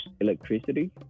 electricity